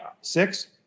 six